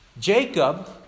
Jacob